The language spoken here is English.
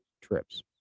trips